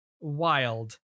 wild